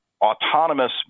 autonomous